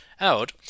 out